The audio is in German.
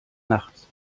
nachts